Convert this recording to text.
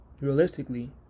realistically